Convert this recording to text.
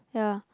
yeah